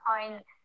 point